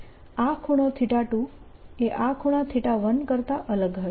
આ ખૂણો 2 એ આ ખૂણા 1 કરતા અલગ હશે